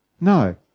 No